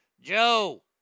Joe